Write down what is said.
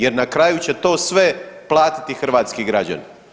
Jer na kraju će to sve platiti hrvatski građani.